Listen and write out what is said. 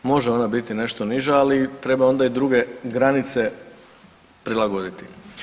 Može ona biti nešto niža, ali treba onda i druge granice prilagoditi.